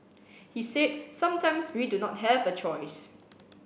he said sometimes we do not have a choice